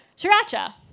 Sriracha